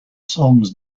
songs